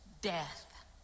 death